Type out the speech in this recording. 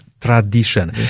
tradition